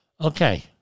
Okay